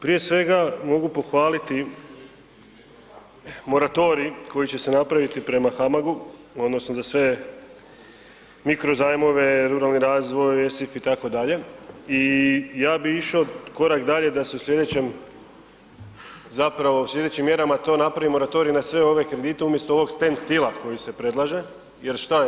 Prije svega mogu pohvaliti moratorij koji će se napraviti prema HAMAG-u odnosno da sve mikrozajmove, ruralni razvoj, ... itd., i ja bi išao korak dalje da se u slijedećem zapravo, u slijedećim mjerama to napravi moratorij na sve ove kredite umjesto ovog stand stila koji se predlaže jer šta je?